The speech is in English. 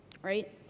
right